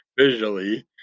visually